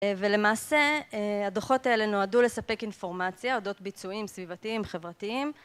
ולמעשה הדו"חות האלה נועדו לספק אינפורמציה, אודות ביצועים סביבתיים, חברתיים